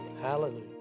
Hallelujah